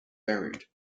buried